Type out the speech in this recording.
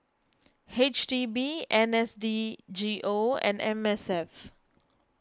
H D B N S D G O and M S F